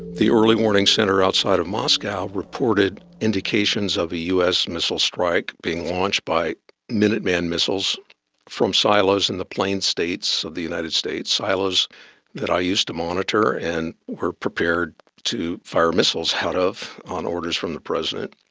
the early warning centre outside of moscow reported indications of a us missile strike being launched by minuteman missiles from silos in the plain states of the united states, silos that i used to monitor and were prepared to fire missiles out of on orders from the president.